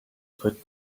put